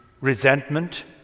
resentment